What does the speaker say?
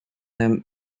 them